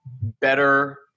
better